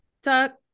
talk